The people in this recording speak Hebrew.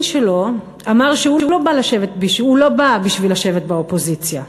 שלו אמר שהוא לא בא בשביל לשבת באופוזיציה,